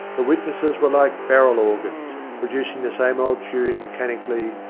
the witnesses were like barrel-organs, producing the same old tune mechanically,